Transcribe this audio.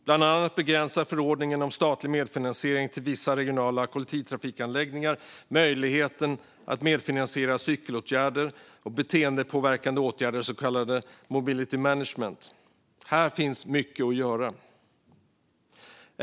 Bland annat begränsar förordningen om statlig medfinansiering till vissa regionala kollektivtrafikanläggningar möjligheten att medfinansiera cykelåtgärder och beteendepåverkande åtgärder, så kallad mobility management. Här finns mycket att göra.